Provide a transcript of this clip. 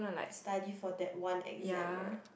study for that one exam right